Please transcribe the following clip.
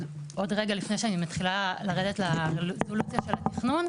עוד רגע לפני שאני מתחילה לרדת לרזולוציה של התכנון.